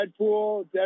Deadpool